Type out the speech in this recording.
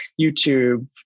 YouTube